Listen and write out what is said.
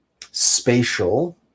spatial